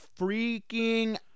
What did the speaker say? freaking